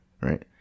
Right